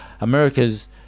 America's